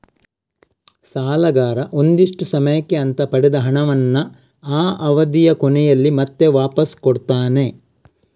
ಸಾಲಗಾರ ಒಂದಿಷ್ಟು ಸಮಯಕ್ಕೆ ಅಂತ ಪಡೆದ ಹಣವನ್ನ ಆ ಅವಧಿಯ ಕೊನೆಯಲ್ಲಿ ಮತ್ತೆ ವಾಪಾಸ್ ಕೊಡ್ತಾನೆ